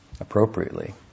appropriately